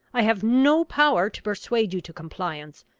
i have no power to persuade you to compliance!